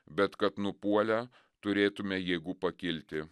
bet kad nupuolę turėtume jėgų pakilti